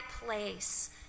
place